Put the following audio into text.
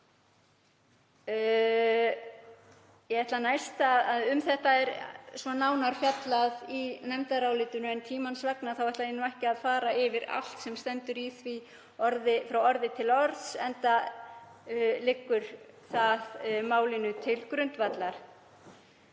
miklu máli. Um það er nánar fjallað í nefndarálitinu en tímans vegna ætla ég ekki að fara yfir allt sem stendur í því frá orði til orðs, enda liggur það málinu til grundvallar.